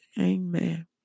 Amen